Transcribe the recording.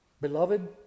Beloved